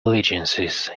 allegiances